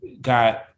got